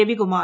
Ravikumar